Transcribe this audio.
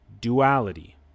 Duality